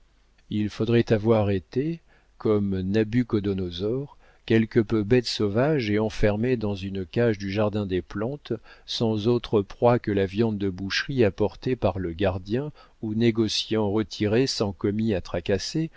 il faudrait avoir été comme nabuchodonosor quelque peu bête sauvage et enfermé dans une cage du jardin des plantes sans autre proie que la viande de boucherie apportée par le gardien ou négociant retiré sans commis à tracasser